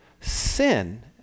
sin